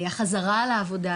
החזרה לעבודה,